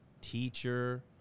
teacher